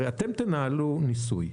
הרי אתם תנהלו מיסוי,